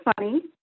funny